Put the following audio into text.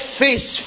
face